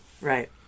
right